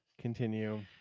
Continue